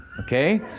Okay